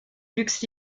luxe